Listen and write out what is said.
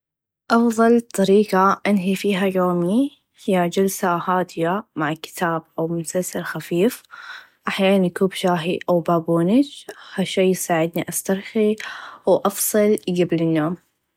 أفظل طريقه أنهي فيها يومي هى چالسه هاديه مع كتاب أو مسلسل خفيف أحيانا كوب شاهي أو بابونچ هالشئ يساعدني أسترخي و أفصل قبل النوم.